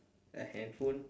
a handphone